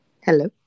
Hello